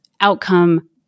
outcome